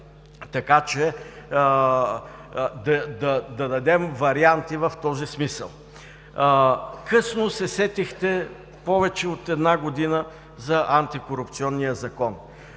за да дадем варианти в този смисъл. Късно се сетихте, повече от една година, за Антикорупционния закон.